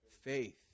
faith